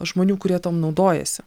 žmonių kurie tuom naudojasi